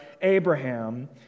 Abraham